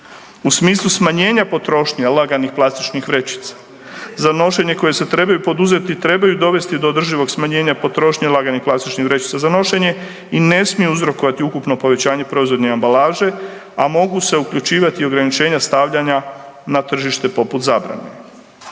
U smislu smanjenja potrošnje laganih plastičnih vrećica za nošenje koje se trebaju poduzeti trebaju dovesti do održivog smanjenja potrošnje laganih plastičnih vrećica za nošenje i ne smiju uzrokovati ukupno povećanje proizvodne ambalaže, a mogu se uključivati ograničenja stavljanja na tržište poput zabrane.